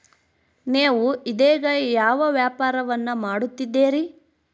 ನೇವು ಇದೇಗ ಯಾವ ವ್ಯಾಪಾರವನ್ನು ಮಾಡುತ್ತಿದ್ದೇರಿ?